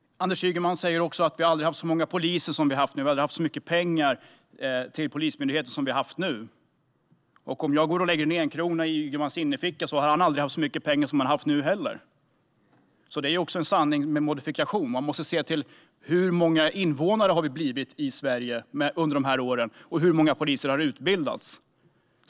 Anders Ygeman säger att vi aldrig har haft så många poliser som vi har nu och att det aldrig har satsats så mycket pengar på Polismyndigheten som det har gjorts nu. Om jag lägger en enkrona i Ygemans innerficka har han aldrig heller haft så mycket pengar som nu. Det är också en sanning med modifikation. Man måste se till hur många invånare det har blivit i Sverige under dessa år och till hur många poliser som har utbildats.